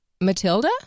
Matilda